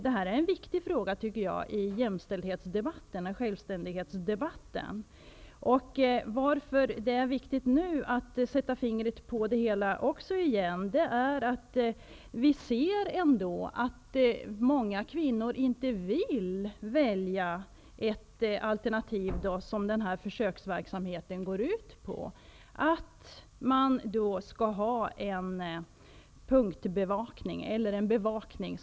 Det här är en viktig fråga i jämställdhetsdebatten, i självständighetsdebatten. Det är viktigt att återigen sätta fingret på det hela, eftersom vi ser att många kvinnor inte vill välja det alternativ som den här försöksverksamheten går ut på, nämligen en bevakning.